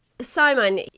Simon